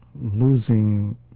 losing